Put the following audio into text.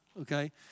okay